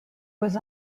was